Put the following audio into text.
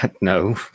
no